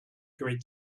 great